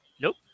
nope